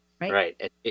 Right